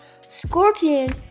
Scorpion